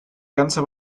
ganze